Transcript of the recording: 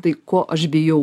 tai ko aš bijau